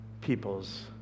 people's